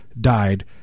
died